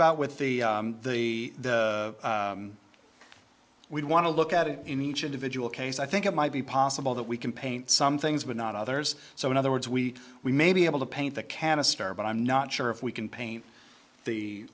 about with the the we want to look at it in each individual case i think it might be possible that we can paint some things but not others so in other words we we may be able to paint the canister but i'm not sure if we can paint the